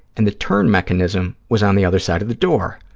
and the turn mechanism was on the other side of the door.